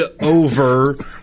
over